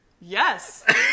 Yes